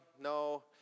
no